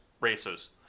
races